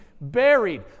buried